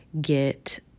get